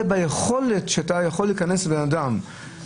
ביכולת שאתה יכול להיכנס לבן אדם לביתו,